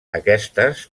aquestes